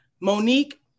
Monique